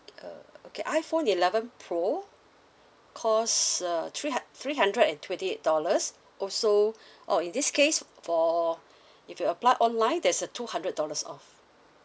uh okay iphone eleven pro cost err three hu~ three hundred and twenty eight dollars also or in this case for if you apply online there's a two hundred dollars off